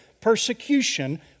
persecution